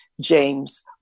James